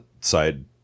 side